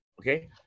Okay